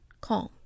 calm